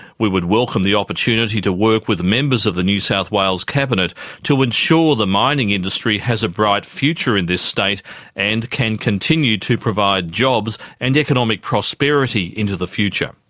we would welcome the opportunity to work with members of the new south wales cabinet to ensure the mining industry has a bright future in this state and can continue to provide jobs and economic prosperity into the future.